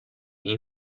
این